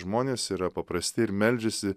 žmonės yra paprasti ir meldžiasi